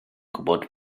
gwybod